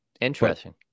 Interesting